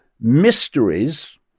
mysteries